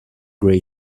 gray